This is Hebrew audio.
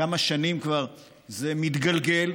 כמה שנים כבר זה מתגלגל,